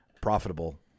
profitable